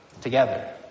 together